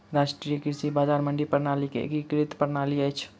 राष्ट्रीय कृषि बजार मंडी प्रणालीक एकीकृत प्रणाली अछि